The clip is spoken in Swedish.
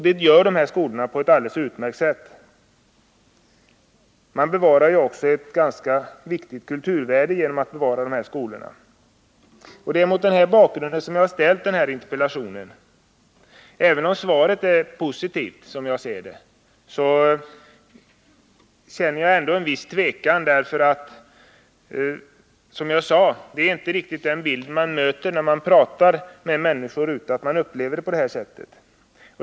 Det gör också dessa skolor på ett alldeles utmärkt sätt. Vi bevarar även ett ganska viktigt kulturvärde genom att ha de här skolorna kvar. Det var mot denna bakgrund som jag framställde min interpellation. Även om svaret som jag ser det är positivt, känner jag ändå en viss tvekan, ty det är inte riktigt den bild man möter då man pratar med människor; de upplever inte alltid saken på detta sätt.